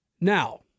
Now